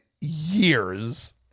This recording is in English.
years